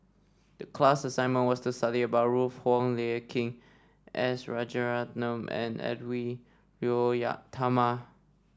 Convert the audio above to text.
the class assignment was to study about Ruth Wong Hie King S Rajaratnam and Edwy Lyonet Talma